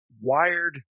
wired